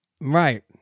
Right